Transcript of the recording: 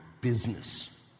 business